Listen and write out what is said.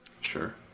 sure